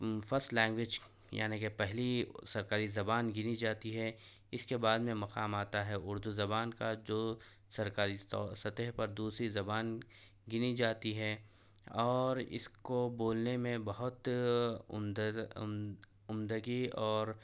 first language یعنی کہ پہلی سرکاری زبان گنی جاتی ہے اس کے بعد میں مقام آتا ہے اردو زبان کا جو سرکاری طو سطح پر دوسری زبان گنی جاتی ہے اور اس کو بولنے میں بہت عمددہ عمد عمدگی اور